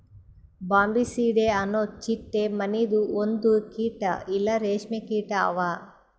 Bombycidae ಅನೊ ಚಿಟ್ಟೆ ಮನಿದು ಒಂದು ಕೀಟ ಇಲ್ಲಾ ರೇಷ್ಮೆ ಕೀಟ ಅವಾ